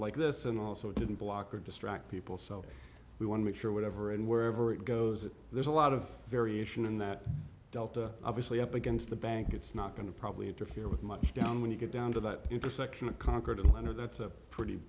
like this and also didn't block or distract people so we want to make sure whatever and wherever it goes that there's a lot of variation in that delta obviously up against the bank it's not going to probably interfere with much going on when you get down to that intersection a conquered a line or that's a pretty